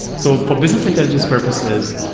so for business intelligence purposes,